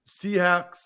Seahawks